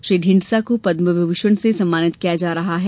श्री ढींढसा को पद्म विभूषण से सम्मानित किया जा रहा है